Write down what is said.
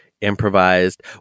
improvised